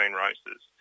races